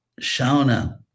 Shauna